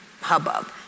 hubbub